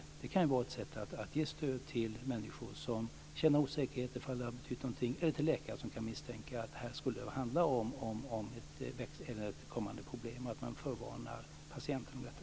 Det kan vara ett sätt att ge stöd till människor som känner osäkerhet eller till läkare som kan misstänka att det här är ett kommande problem och som kan förvarna patienten om detta.